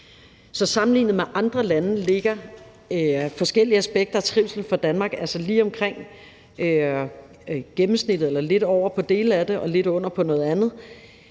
Så sammenlignet med andre lande ligger de forskellige aspekter af trivsel for Danmark altså lige omkring gennemsnittet eller lidt over på nogle dele af det og lidt under på nogle andre,